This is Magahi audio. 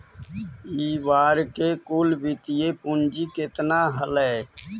इ बार के कुल वित्तीय पूंजी केतना हलइ?